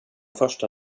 första